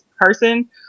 person